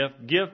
Gift